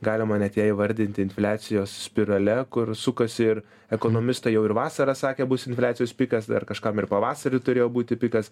galima net ją įvardinti infliacijos spirale kur sukasi ir ekonomistai jau ir vasarą sakė bus infliacijos pikas dar kažkam ir pavasarį turėjo būti pikas